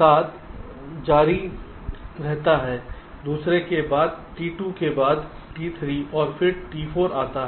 साथ जारी रहता है दूसरे के बाद T2 के बाद T3 और फिर T4 आता है